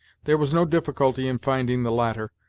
there was no difficulty in finding the latter,